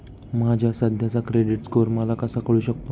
माझा सध्याचा credit score मला कसा कळू शकतो?